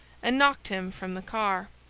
and knocked him from the car.